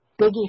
biggie